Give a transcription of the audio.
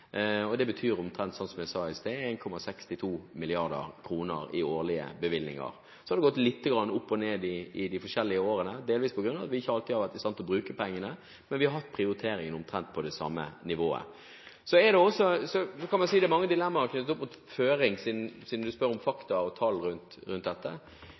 stabilt. Det betyr omtrent slik som jeg sa i sted, på 1,62 mrd. kr i årlige bevilgninger. Så har det gått litt opp og ned i de forskjellige årene, delvis på grunn av at vi ikke alltid har vært i stand til å bruke pengene. Men vi har hatt prioriteringene omtrent på det samme nivået. Man kan si det er mange dilemmaer knyttet opp til føring, siden representanten spør om fakta og tall rundt dette.